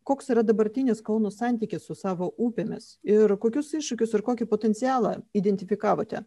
koks yra dabartinis kauno santykis su savo upėmis ir kokius iššūkius ir kokį potencialą identifikavote